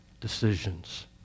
decisions